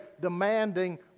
demanding